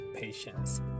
patience